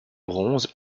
bronze